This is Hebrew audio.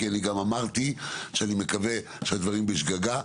כי גם אמרתי שאני מקווה שהדברים בשגגה.